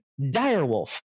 Direwolf